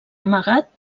amagat